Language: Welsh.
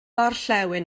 orllewin